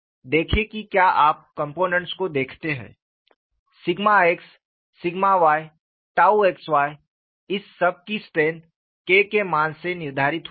देखें कि क्या आप कंपोनेंट्स को देखते हैं sigma x sigma y tau xy इस सब की स्ट्रेंथ K के मान से निर्धारित होती है